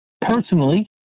Personally